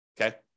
Okay